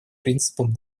принципам